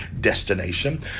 destination